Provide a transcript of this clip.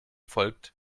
folgt